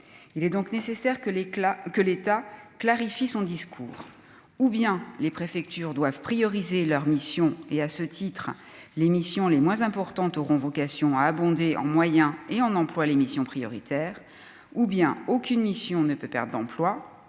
il est donc nécessaire que l'éclat que l'État clarifie son discours ou bien les préfectures doivent prioriser leurs missions et à ce titre, l'émission les moins importantes auront vocation à abondé en moyens et en emplois les missions prioritaires ou bien aucune mission ne peut, perte d'emploi,